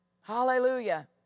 Hallelujah